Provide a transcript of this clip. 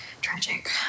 Tragic